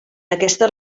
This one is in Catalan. aquesta